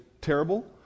terrible